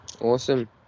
Awesome